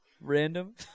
Random